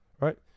right